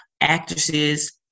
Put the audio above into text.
Actresses